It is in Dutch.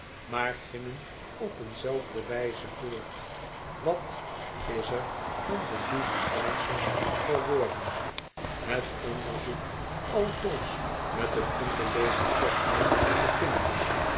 maar gingen op een en dezelfde wijze voort wat is er van okdi li gen es ge wor den het onderzoek altoos met een onbeleefde kortheid beginnende